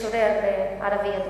משורר ערבי ידוע.